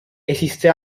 esiste